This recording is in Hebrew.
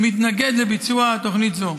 שמתנגד לביצוע תוכנית זו.